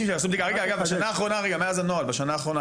מאז הנוהל,